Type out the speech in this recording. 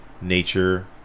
nature